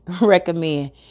recommend